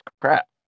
crap